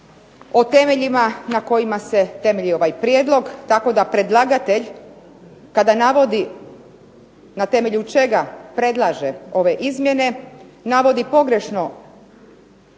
o temeljima na kojima se temelji ovaj prijedlog tako da predlagatelj kada navodi na temelju čega predlaže ove izmjene navodi pogrešno